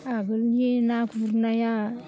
आगोलनि ना गुरनाया